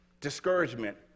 discouragement